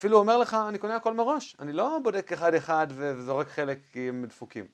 אפילו הוא אומר לך אני קונה הכל מראש, אני לא בודק אחד אחד וזורק חלק כי הם דפוקים